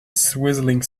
sizzling